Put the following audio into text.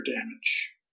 damage